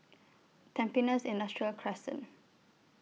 Tampines Industrial Crescent